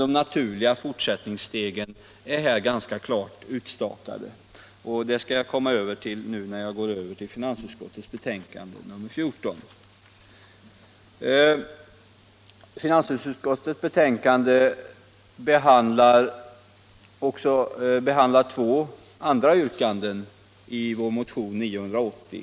Den naturliga fortsättningen på verksamheten är ganska klart utstakad, och detta skall jag ta upp när jag nu går över att behandla finansutskottets betänkande nr 14. Finansutskottets betänkande behandlar två andra yrkanden i vår motion 980.